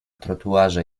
trotuarze